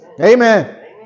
Amen